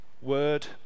word